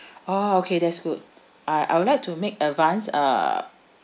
oh okay that's good I I'd like to make advance uh